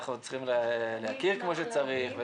אנחנו צריכים להכיר כמו שצריך,